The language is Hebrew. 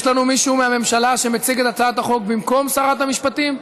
יש לנו מישהו מהממשלה שמציג את הצעת החוק במקום שרת המשפטים?